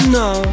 no